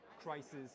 crisis